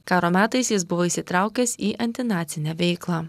karo metais jis buvo įsitraukęs į antinacinę veiklą